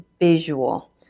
visual